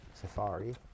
Safari